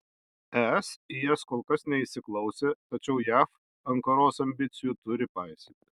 es į jas kol kas neįsiklausė tačiau jav ankaros ambicijų turi paisyti